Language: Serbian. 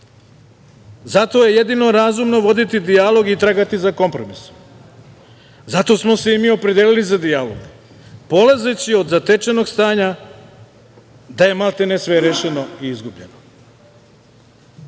je jedino razumno voditi dijalog i tragati za kompromisom. Zato smo se i mi opredelili za dijalog, polazeći od zatečenog stanja da je maltene sve rešeno i izgubljeno. Albanci